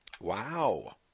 Wow